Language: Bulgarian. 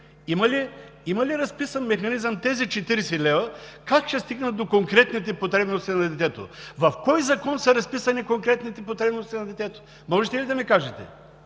Има ли разписан механизъм тези 40 лв. как ще стигнат до конкретните потребности на детето? В кой закон са разписани конкретните потребности на детето? Можете ли да ми кажете?